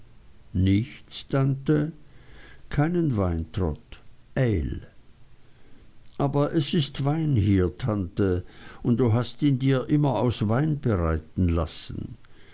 nichts tante keinen wein trot ale aber es ist wein hier tante und du hast ihn dir immer aus wein bereiten lassen